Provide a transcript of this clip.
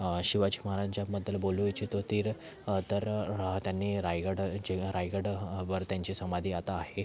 शिवाजी महाराजांबद्दल बोलू इच्छितो तिर तर त्यांनी रायगडचे रायगडवर त्यांची समाधी आता आहे